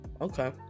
Okay